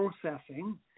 processing